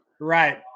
right